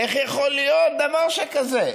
איך יכול להיות דבר שכזה?